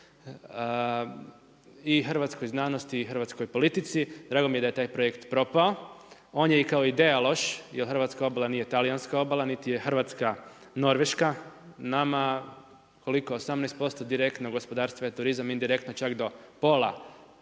i hrvatskoj znanosti i hrvatskoj politici. Drago mi je da je taj projekt propao, on je i kao ideja loš jer hrvatska obala nije talijanska obala niti je Hrvatska Norveška. Nama, koliko, 18% direktno gospodarstva je turizam, indirektno čak do pola